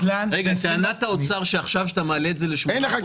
טענת האוצר היא שכשאתה מעלה את זה ל-8%,